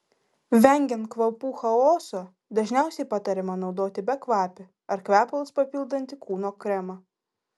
vengiant kvapų chaoso dažniausiai patariama naudoti bekvapį ar kvepalus papildantį kūno kremą